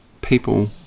people